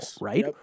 right